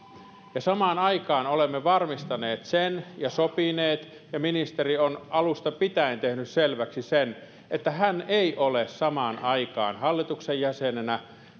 samaan aikaan olemme varmistaneet ja sopineet ja ministeri on alusta pitäen tehnyt selväksi että hän ei ole samaan aikaan hallituksen jäsenenä